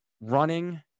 running